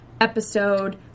episode